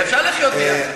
אפשר לחיות יחד.